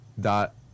dot